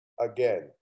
again